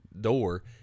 door